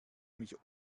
mich